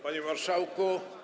Panie Marszałku!